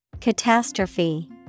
Catastrophe